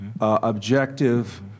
objective